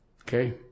Okay